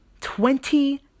twenty